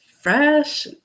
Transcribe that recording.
fresh